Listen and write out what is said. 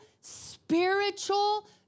spiritual